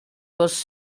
was